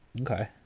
okay